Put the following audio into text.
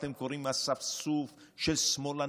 אתם קוראים "אספסוף של שמאלנים,